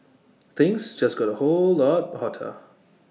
things just got A whole lot hotter